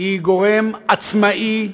היא גורם עצמאי,